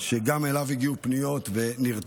שגם אליו הגיעו פניות ונרתם,